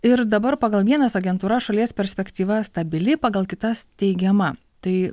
ir dabar pagal vienas agentūras šalies perspektyva stabili pagal kitas teigiama tai